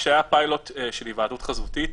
כשהיה פיילוט של היוועדות חזותית,